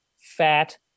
fat